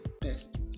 best